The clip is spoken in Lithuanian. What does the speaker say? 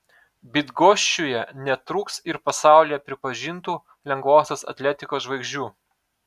bydgoščiuje netrūks ir pasaulyje pripažintų lengvosios atletikos žvaigždžių